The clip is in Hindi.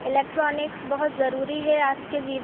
इलेक्ट्रॉनिक्स बहुत ज़रूरी है आज के जीव